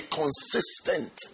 consistent